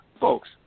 Folks